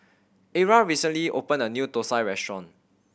Era recently opened a new thosai restaurant